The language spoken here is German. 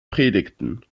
predigten